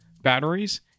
batteries